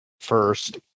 first